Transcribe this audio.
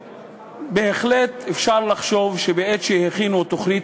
בהחלט אפשר לחשוב שבעת שהכינו תוכנית